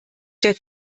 der